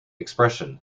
expression